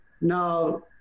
Now